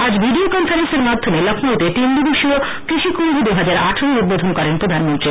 আজ ভিডিও কনফারেন্সের মাধ্যমে লখনৌতে তিন দিবসীয় কৃষি কুম্ভের উদ্বোধন করেন প্রধানমন্ত্রী